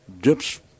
dips